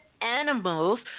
animals